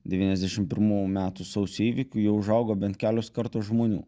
devyniasdešim pirmų metų sausio įvykių jau užaugo bent kelios kartos žmonių